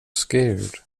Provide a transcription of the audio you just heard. scared